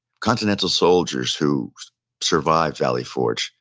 continental soldiers who survived valley forge,